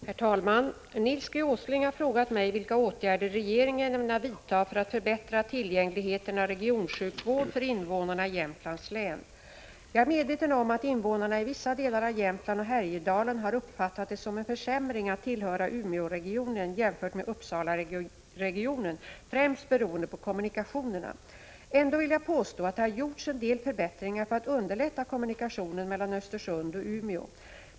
Herr talman! Nils G. Åsling har frågat mig vilka åtgärder regeringen ämnar vidta för att förbättra tillgängligheten av regionsjukvård för invånarna i Jämtlands län. Jag är medveten om att invånarna i vissa delar av Jämtland och Härjedalen har uppfattat det som en försämring att tillhöra Umeåregionen— jämfört med Uppsalaregionen —, främst beroende på kommunikationerna. Ändå vill jag påstå att det har gjorts en del förbättringar för att underlätta kommunikationerna mellan Östersund och Umeå.